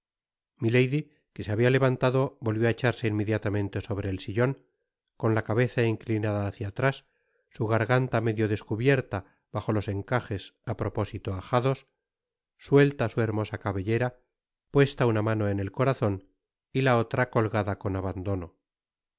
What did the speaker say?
que se habia levantado volvió á echarse inmediatamente sobre el sillon con la cabeza inclinada hacia atrás su garganta medio descubierta bajo los encajes á propósito ajados suelta su hermosa cabellera puesta una mano en el corazon y la otra colgada con abandono